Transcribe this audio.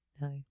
No